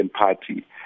party